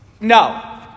No